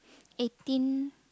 eighteen